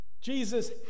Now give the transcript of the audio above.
Jesus